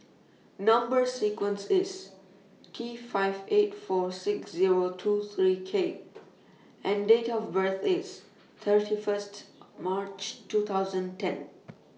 Number sequence IS T five eight four six Zero two three K and Date of birth IS thirty First March two thousand ten